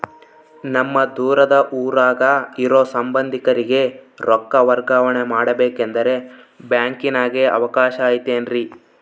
ನಮ್ಮ ದೂರದ ಊರಾಗ ಇರೋ ಸಂಬಂಧಿಕರಿಗೆ ರೊಕ್ಕ ವರ್ಗಾವಣೆ ಮಾಡಬೇಕೆಂದರೆ ಬ್ಯಾಂಕಿನಾಗೆ ಅವಕಾಶ ಐತೇನ್ರಿ?